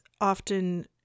often